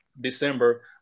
December